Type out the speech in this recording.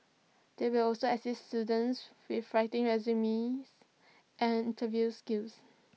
they will also assist students with writing resumes and interview skills